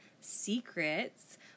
Secrets